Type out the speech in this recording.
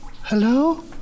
Hello